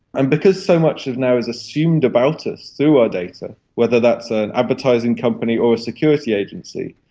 and because so much now is assumed about us through our data, whether that's an advertising company or a security agency,